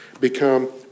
become